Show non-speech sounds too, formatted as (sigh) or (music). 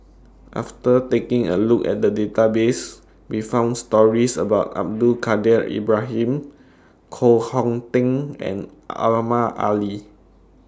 after taking A Look At The Database We found stories about Abdul Kadir Ibrahim Koh Hong Teng and (unintelligible) Ali